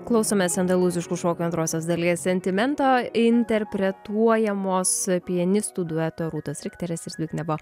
klausomės andalūziškų šokių antrosios dalies sentimento interpretuojamos pianistų dueto rūtos rikterės ir zbignevo